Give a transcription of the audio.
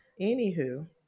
anywho